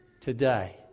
today